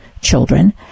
children